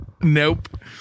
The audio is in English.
Nope